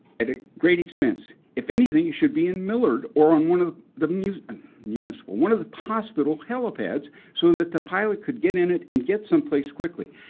at great expense. if anything, it should be in millard or on one of the the and municipal one of the hospital helipads so that the pilot could get in it and get someplace quickly.